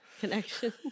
connection